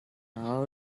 how